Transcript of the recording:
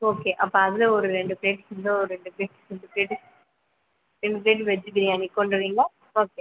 okay அப்போ அதில் ஒரு ரெண்டு பிளேட் இதில் ஒரு ரெண்டு பிளேட் ரெண்டு பிளேட்டு ரெண்டு பிளேட் வெஜ் பிரியாணி கொண்டு வரீங்களா ஓகே